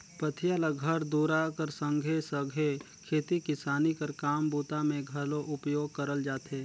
पथिया ल घर दूरा कर संघे सघे खेती किसानी कर काम बूता मे घलो उपयोग करल जाथे